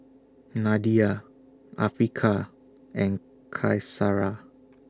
Nadia Afiqah and Qaisara